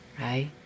right